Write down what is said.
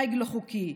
ציד לא חוקי,